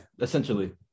essentially